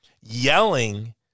Yelling